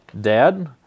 Dad